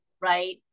right